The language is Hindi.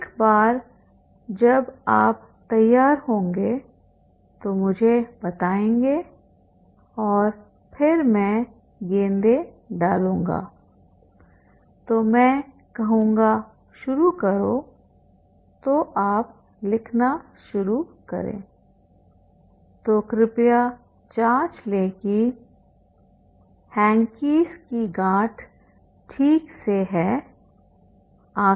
एक बार जब आप तैयार होंगे तो मुझे बताएंगे और फिर मैं गेंदें डालूंगा तो मैं कहूंगा शुरू करो तो आप लिखना शुरू करें तो कृपया जांच लें कि हकीक कि गाँठ ठीक से हैं